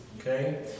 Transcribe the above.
Okay